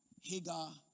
Hagar